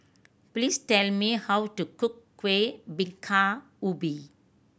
please tell me how to cook Kuih Bingka Ubi